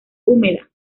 húmeda